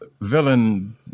villain